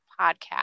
Podcast